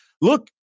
look